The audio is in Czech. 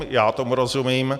Já tomu rozumím.